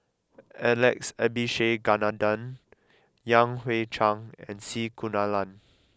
Alex Abisheganaden Yan Hui Chang and C Kunalan